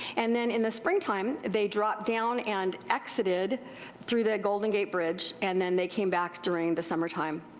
and then in the springtime, they dropped down and exited through the golden gate bridge and then they came back during the summertime.